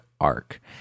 arc